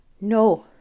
no